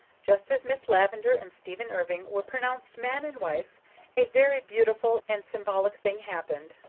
just as miss lavendar and stephen irving were pronounced man and wife a very beautiful and symbolic thing happened.